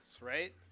right